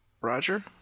Roger